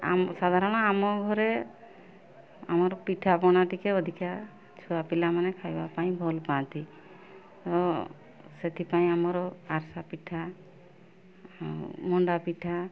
ଆମ ସାଧରଣ ଆମ ଘରେ ଆମର ପିଠା ପଣା ଟିକେ ଅଧିକା ଛୁଆ ପିଲାମାନେ ଖାଇବା ପାଇଁ ଭଲ ପାଆନ୍ତି ତ ସେଥିପାଇଁ ଆମର ଆରଷା ପିଠା ମଣ୍ଡା ପିଠା